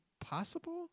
possible